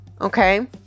okay